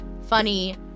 funny